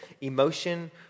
emotion